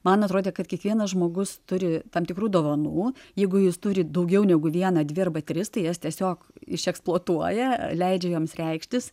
man atrodė kad kiekvienas žmogus turi tam tikrų dovanų jeigu jis turi daugiau negu vieną dvi arba tris tai jas tiesiog išeksploatuoja leidžia joms reikštis